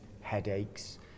headaches